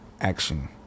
action